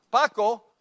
Paco